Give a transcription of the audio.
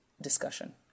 discussion